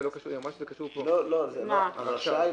תודה, אושר.